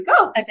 go